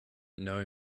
know